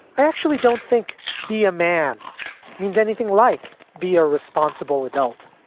i actually don't think be a man means anything like be a responsible adult,